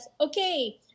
Okay